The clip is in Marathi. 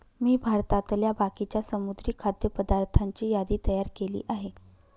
मी भारतातल्या बाकीच्या समुद्री खाद्य पदार्थांची यादी तयार केली आहे